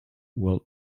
world